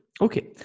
Okay